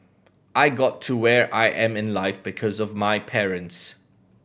I got to where I am in life because of my parents